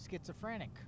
schizophrenic